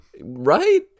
right